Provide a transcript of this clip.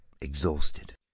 exhausted